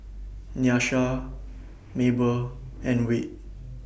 Nyasia Mable and Wade